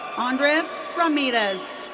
andres ramirez.